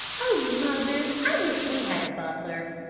oh mother i wish we had a butler!